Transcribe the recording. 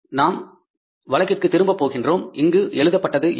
நாம் வழக்கிற்கு திரும்ப போகப் போகின்றோம் இங்கு எழுதப்பட்டது எவ்வளவு